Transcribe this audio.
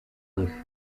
nich